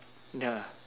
ya